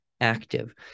active